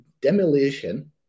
demolition